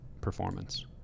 performance